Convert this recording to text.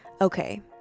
Okay